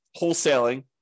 wholesaling